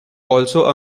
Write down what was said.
also